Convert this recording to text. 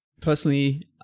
personally